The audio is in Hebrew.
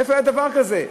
איפה היה דבר כזה?